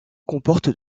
comporte